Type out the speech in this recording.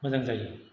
मोजां जायो